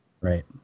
Right